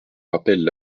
rappellent